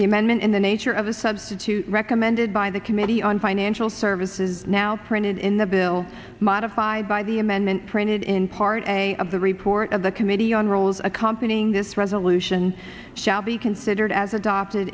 the amendment in the nature of a substitute recommended by the committee on financial services now printed in the bill modified by the amendment printed in part a of the report of the committee on rules accompanying this resolution shall be considered as adopted